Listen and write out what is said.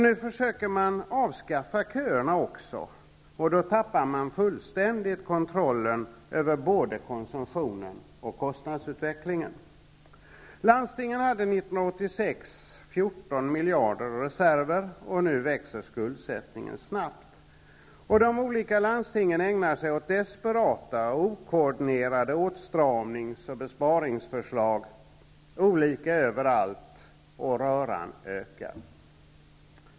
Nu försöker man också avskaffa köerna, och då tappar man fullständigt kontrollen över både konsumtionen och kostnadsutvecklingen. Landstingen hade 1986 14 miljarder i reserver, och nu växer skuldsättningen snabbt. De olika landstingen ägnar sig åt desperata och okoordinerade åtstramnings och besparingsförslag, olika överallt, och röran ökar.